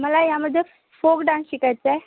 मला यामध्ये folk dance शिकायचंय